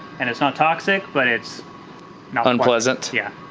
and it's not toxic but it's not unpleasant? yeah,